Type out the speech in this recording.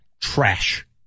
trash